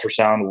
ultrasound